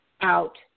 out